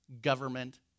government